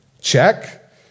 check